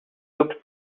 looked